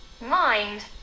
mind